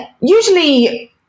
usually